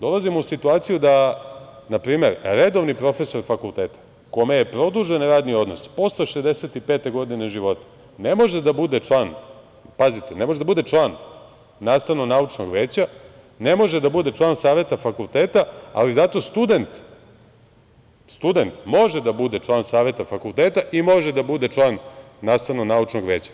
Dolazimo u situaciju da, na primer, redovni profesor fakulteta kome je produžen radni odnos posle 65 godine života ne može da bude član, pazite, nastavno-naučnog veća, ne može da bude član saveta fakulteta, ali zato student može da bude član saveta fakulteta i može da bude član nastavno-naučnog veća.